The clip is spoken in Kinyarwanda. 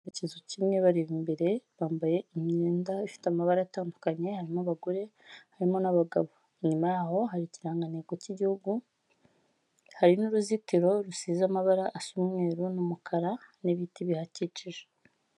Ikizu kimwe bareba imbere bambaye imyenda ifite amabara atandukanye, harimo abagore harimo n'abagabo inyuma yaho hari ikiranganiteko cy'igihugu, hari n'uruzitiro rusize amabara asa umweru n'umukara n'ibiti bihakikije.